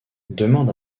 demande